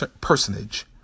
personage